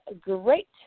great